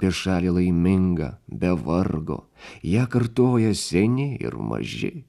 ir šalį laimingą be vargo ją kartoja seni ir maži